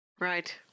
right